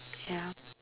yeah